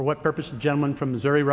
for what purpose gentleman from missouri